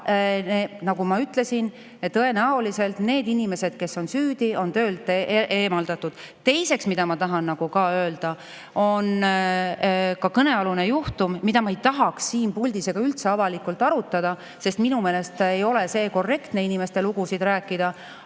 Aga nagu ma ütlesin, tõenäoliselt need inimesed, kes on süüdi, on töölt eemaldatud. Teiseks, mida ma tahan ka öelda kõnealuse juhtumi kohta, mida ma ei tahaks siin puldis ega üldse avalikult arutada, sest minu meelest ei ole korrektne inimeste lugusid rääkida.